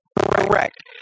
Correct